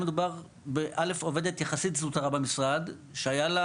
מדובר בעבודת יחסית זוטרה במשרד שהיה לה